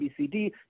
ABCD